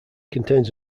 contains